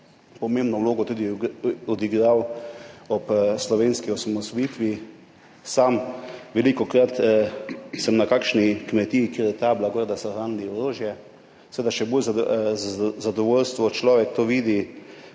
pomembno vlogo tudi odigral ob slovenski osamosvojitvi. Sam velikokrat sem na kakšni kmetiji, kjer je ta bila gor, da so hranili orožje seveda še bolj zadovoljstvo, človek to vidi,